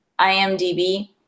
IMDb